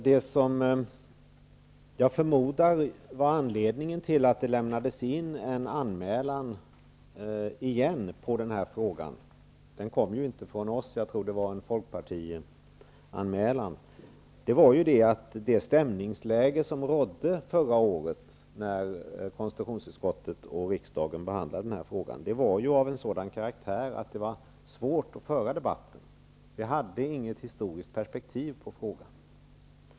Herr talman! Den anmälan som lämnades in på den här punkten kom inte från oss, utan jag tror att det var en Folkpartianmälan. Anledningen förmodar jag var att det stämningsläge som rådde förra året, när konstitutionsutskottet och riksdagen behandlade frågan, var av den karaktären att det var svårt att föra debatten. Vi hade inget historiskt perspektiv på frågan.